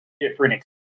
different